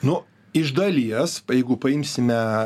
nu iš dalies jeigu paimsime